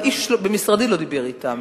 ואיש ממשרדי לא דיבר אתם,